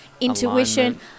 intuition